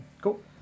Cool